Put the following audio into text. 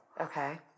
Okay